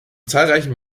zahlreichen